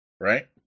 right